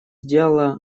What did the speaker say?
сделала